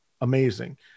amazing